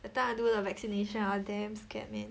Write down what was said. that time I do the vaccination ah damn scared man